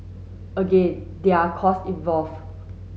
again there are cost involve